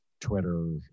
Twitter